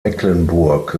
mecklenburg